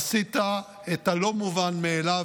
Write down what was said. עשית את הלא-מובן מאליו.